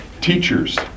teachers